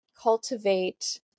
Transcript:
cultivate